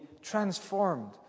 transformed